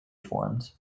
formed